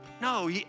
No